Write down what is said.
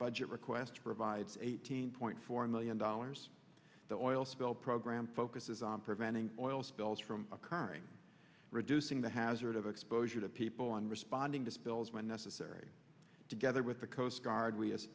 budget request provides eighteen point four million dollars the oil spill program focuses on preventing oil spills from occurring reducing the hazard of exposure to people on responding to spills when necessary together with the coast guard we